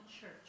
Church